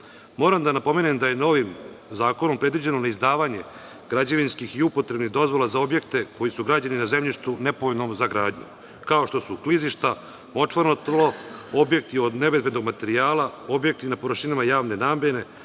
Moram da napomenem da je novim zakonom predviđeno neizdavanje građevinskih i upotrebnih dozvola za objekte koji su građeni na zemljištu nepovoljnom za gradnju, kao što su klizišta, močvarno tlo, objekti od nebezbednog materijala, objekti na površinama javne namene,